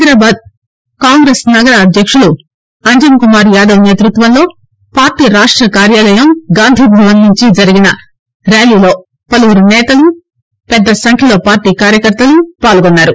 హైదరాబాద్ కాంగ్రెస్ నగర అధ్యక్షుడు అంజన్కుమార్యాదవ్ నేత్బత్వంలో పార్టీ రాష్ట కార్యాలయం గాంధీభవన్ నుంచి జరిగిన ఈ ర్యాలీలో పలువురు నేతలు పెద్ద సంఖ్యలో పార్టీ కార్యకర్తలు పాల్గొన్నారు